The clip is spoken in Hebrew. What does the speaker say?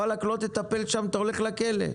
לא תטפל שם, אתה הולך לכלא.